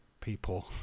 People